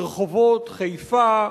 ברחובות חיפה,